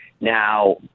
Now